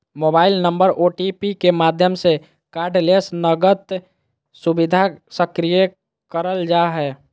mobile number OTP के माध्यम से कार्डलेस नकद सुविधा सक्रिय करल जा हय